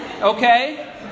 okay